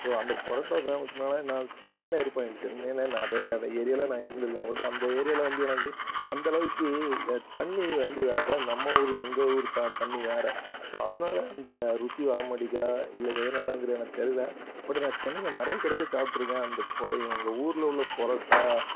so அந்த பரோட்டா ஃபேமஸ்னால நான் சென்னையில இருப்பேன் இங்கே சென்னையில் நிறைய எடை ஏரியாவில் நான் இருந்துருக்கேன் பட் அந்த ஏரியாவில் வந்து எனக்கு அந்தளவுக்கு ஏ தண்ணி வந்து வேற நம்ம ஊரு எங்கள் ஊர் த தண்ணி வேற ஸோ அதனால அந்த ருசி வர மாட்டிக்கா இல்லை எதனாலங்கிறது எனக்கு தெரியல பட் நான் சென்னையில் நிறைய கடையில் சாப்பிட்ருக்கேன் அந்த பொ எங்கள் ஊரில் உள்ள பரோட்டா